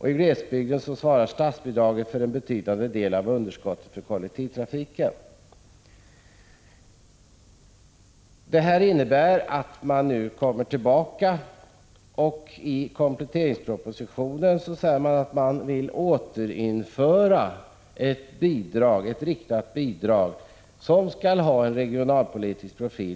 I glesbygden täcker statsbidragen en betydande del av Prot. 1985/86:142 underskotten i kollektivtrafiken. 15 maj 1986 I kompletteringspropositionen säger man att man vill återinföra ett riktat bidrag, som skall ha en regionalpolitisk profil.